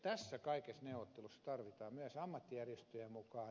tässä kaikessa neuvottelussa tarvitaan myös ammattijärjestöjä mukaan